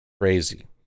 crazy